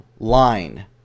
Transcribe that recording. Line